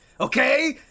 Okay